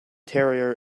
terrier